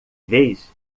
vez